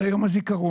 על יום הזיכרון,